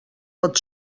tot